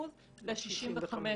ל-65%.